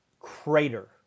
crater